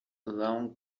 along